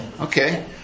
Okay